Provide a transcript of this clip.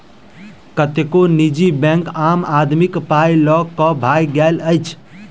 कतेको निजी बैंक आम आदमीक पाइ ल क भागि गेल अछि